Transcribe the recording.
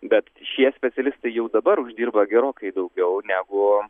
bet šie specialistai jau dabar uždirba gerokai daugiau negu